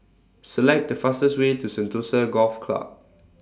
Select The fastest Way to Sentosa Golf Club